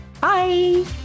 Bye